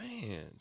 Man